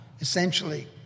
essentially